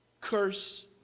curse